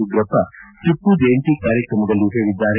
ಉಗ್ರಪ್ಪ ಟಿಮ್ನ ಜಯಂತಿ ಕಾರ್ಯಕ್ರಮದಲ್ಲಿ ಹೇಳಿದ್ದಾರೆ